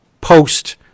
post